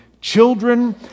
children